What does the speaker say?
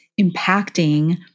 impacting